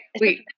Wait